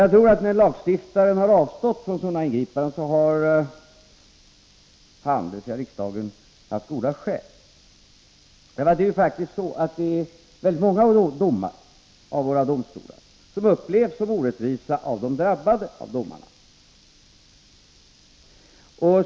Jag tror också att lagstiftaren — dvs. riksdagen — när han avstått från sådana ingripanden har haft goda skäl. Det är ju faktiskt så att många av de domar som fälls av våra domstolar av dem som drabbas av dem upplevs som orättvisa.